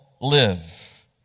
live